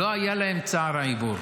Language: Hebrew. לא היה להן צער העיבור.